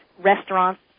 restaurants